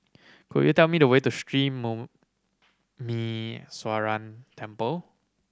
could you tell me the way to Sri Muneeswaran Temple